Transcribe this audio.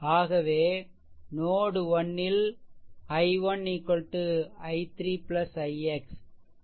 ஆகவே நோட் 1 ல் i1 i3 ix